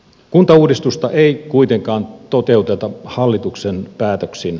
kuntauudistusta ei kuitenkaan toteuteta hallituksen päätöksin